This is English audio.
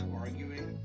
arguing